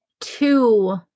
two